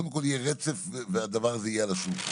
קודם כל יהיה רצף והדבר הזה יהיה על השולחן.